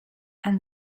and